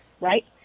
right